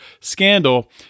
scandal